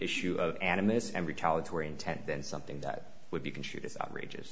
issue of animus and retaliatory intent then something that would be construed as outrageous